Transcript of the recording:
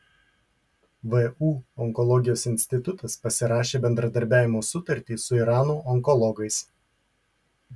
vu onkologijos institutas pasirašė bendradarbiavimo sutartį su irano onkologais